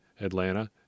Atlanta